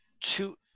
two